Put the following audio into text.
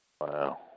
Wow